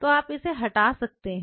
तो आप इसे हटा सकते हैं